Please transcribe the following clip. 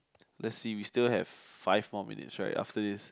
let's see we still have five more minutes right after this